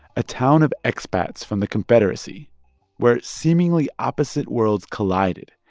a town of expats from the confederacy where seemingly opposite worlds collided.